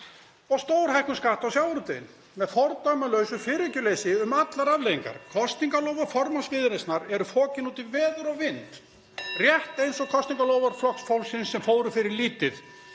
og stórhækkun skatta á sjávarútveginn með fordæmalausu fyrirhyggjuleysi um allar afleiðingar. Kosningaloforð formanns Viðreisnar eru fokin út í veður og vind rétt eins og kosningaloforð Flokks fólksins sem fóru fyrir lítið.